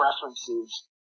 preferences